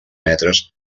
metres